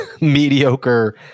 mediocre